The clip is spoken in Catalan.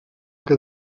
que